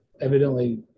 evidently